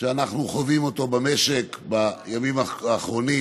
שאנחנו חווים במשק בימים האחרונים,